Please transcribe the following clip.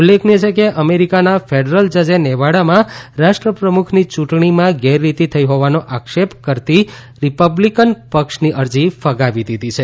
ઉલ્લેખનીય છે કે અમેરિકાના ફેડરલ જજે નેવાડામાં રાષ્ટ્ર પ્રમુખની ચૂંટણીમાં ગેરરીતિ થઈ હોવાનો આક્ષેપ કરતી રીપબ્લિકન પક્ષની અરજી ફગાવી દીધી છે